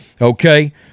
Okay